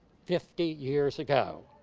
fifty years ago.